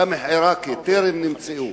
סאמח עיראקי, טרם נמצאו.